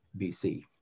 BC